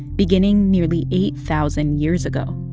beginning nearly eight thousand years ago.